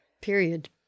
Period